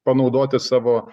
panaudoti savo